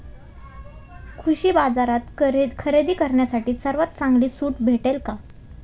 कृषी बाजारात खरेदी करण्यासाठी सर्वात चांगली सूट भेटेल का?